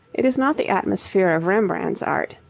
it is not the atmosphere of rembrandt's art,